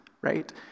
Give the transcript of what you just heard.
right